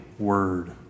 Word